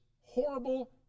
horrible